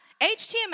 HTML